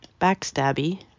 backstabby